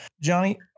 Johnny